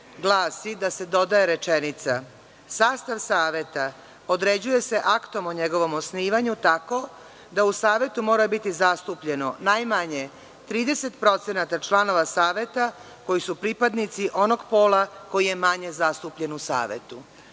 glasi da se doda rečenica – sastav saveta određuje se aktom o njegovom osnivanju tako da u savetu mora biti zastupljeno najmanje 30% članova saveta koji su pripadnici onog pola koji je manje zastupljen u savetu. Ovaj